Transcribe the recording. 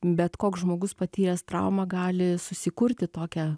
bet koks žmogus patyręs traumą gali susikurti tokią